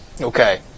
Okay